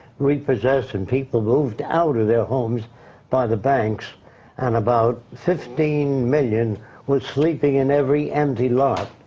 repossessed and people moved out of their homes by the banks and about fifteen million were sleeping in every empty lot.